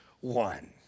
one